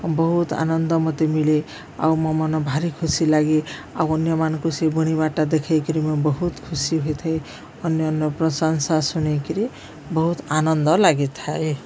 ବହୁତ ଆନନ୍ଦ ମୋତେ ମିଳେ ଆଉ ମୋ ମନ ଭାରି ଖୁସି ଲାଗେ ଆଉ ଅନ୍ୟମାନଙ୍କୁ ସେ ବୁଣିବାଟା ଦେଖେଇକିରି ମୁଁ ବହୁତ ଖୁସି ହୋଇଥାଏ ଅନ୍ୟ ଅନ୍ୟ ପ୍ରଶଂସା ଶୁଣକିରି ବହୁତ ଆନନ୍ଦ ଲାଗିଥାଏ